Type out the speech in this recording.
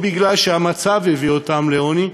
או בגלל שהמצב הביא אותם לעוני,